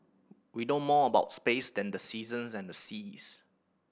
we know more about space than the seasons and the seas